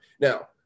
Now